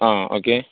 ആ ഓക്കെ